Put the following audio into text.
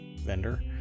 vendor